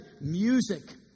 music